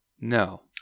No